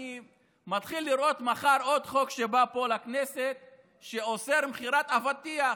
אני מתחיל לראות מחר עוד חוק שבא פה לכנסת שאוסר מכירת אבטיח,